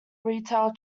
retail